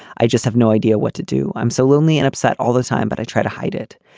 i just have no idea what to do. i'm so lonely and upset all the time but i try to hide it.